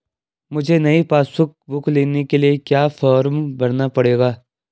मुझे नयी passbook book लेने के लिए क्या फार्म भरना पड़ेगा?